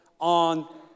on